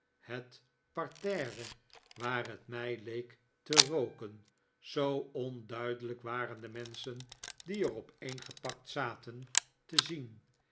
het parterre waar het mij leek te rooken zoo onduidelijk waren de menschen die er opeengepakt zaten te zien